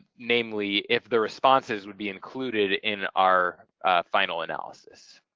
namely if the responses would be included in our final analysis.